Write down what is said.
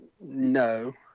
no